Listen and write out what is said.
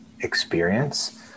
experience